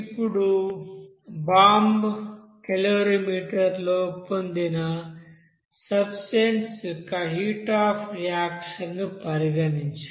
ఇప్పుడు bomb calorimeter లో పొందిన సబ్స్టేన్స్ యొక్క హీట్ అఫ్ రియాక్షన్ ను పరిగణించండి